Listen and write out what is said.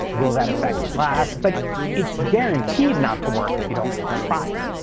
will that effect last? but it's guaranteed not to work if you don't try.